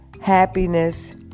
happiness